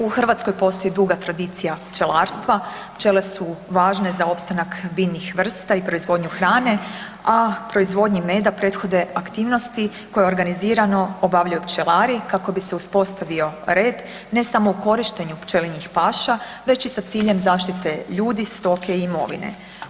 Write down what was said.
U Hrvatskoj postoji duga tradicija pčelarstva, pčele su važne za opstanak biljnih vrsta i proizvodnju hrane, a proizvodnji meda prethode aktivnosti koje organizirano obavljaju pčelari kako bi se uspostavio red, ne samo u korištenju pčelinjih paša, već i sa ciljem zaštite ljude, stoke i imovine.